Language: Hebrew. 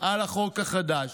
על החוק החדש.